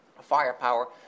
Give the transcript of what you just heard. firepower